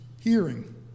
hearing